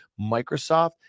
Microsoft